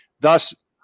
Thus